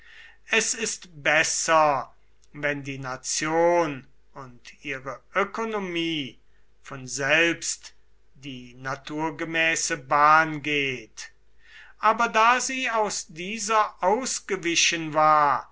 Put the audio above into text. es ist besser wenn die nation und ihre ökonomie von selbst die naturgemäße bahn geht aber da sie aus dieser ausgewichen war